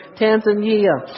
Tanzania